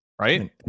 Right